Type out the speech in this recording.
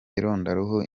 irondaruhu